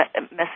message